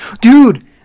dude